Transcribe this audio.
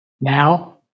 now